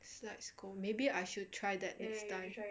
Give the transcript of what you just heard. slides go maybe I should try that time